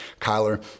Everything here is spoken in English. Kyler